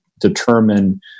determine